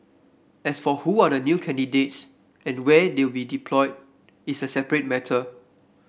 as for who are the new candidates and where they will be deployed is a separate matter